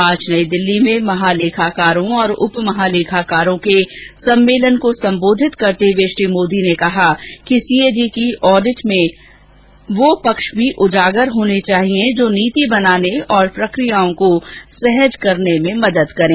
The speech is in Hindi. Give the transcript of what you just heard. आज नई दिल्ली में महालेखाकारों और उप महालेखाकारों के सम्मेलन को सम्बोधित करते हुए श्री मोदी ने कहा कि सीएजी की ऑडिट में वो पक्ष भी उजागर होने चाहिए जो नीति बनाने और प्रक्रियाओं को सहज बनाने में मदद करे